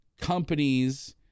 companies